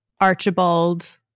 Archibald